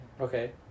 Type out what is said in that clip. Okay